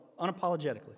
unapologetically